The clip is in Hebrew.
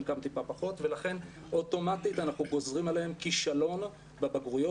חלקם טיפה פחות ולכן אוטומטית אנחנו גוזרים עליהם כישלון בבגרויות.